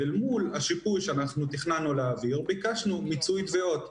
ואל מול השיפוי שאנחנו תכננו להעביר ביקשנו מיצוי תביעות.